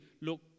look